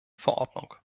verordnung